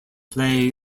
play